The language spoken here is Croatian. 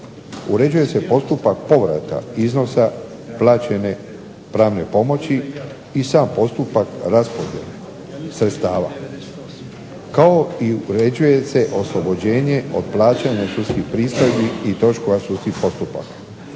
Uređuje se postupak povrata iznosa plaćene pravne pomoći i sam postupak raspodjele sredstava kao i uređuje se oslobođenje od plaćanja sudskih pristojbi i troškova sudskih postupaka.